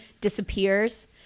disappears